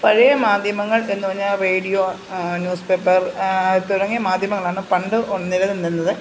പഴയ മാധ്യമങ്ങൾ എന്ന് പറഞ്ഞാൽ റേഡിയോ ന്യൂസ്പേപ്പർ തുടങ്ങിയ ഒ മാധ്യമങ്ങളാണ് പണ്ട് നിലനിന്നിരുന്നത്